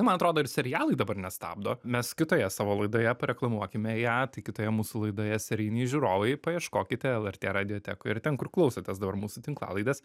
man atrodo ir serialai dabar nestabdo mes kitoje savo laidoje pareklamuokime ją tai kitoje mūsų laidoje serijiniai žiūrovai paieškokite lrt radijotekoj ir ten kur klausotės dabar mūsų tinklalaidės